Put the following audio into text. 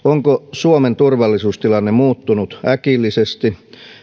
suomen turvallisuustilanne muuttunut äkillisesti tai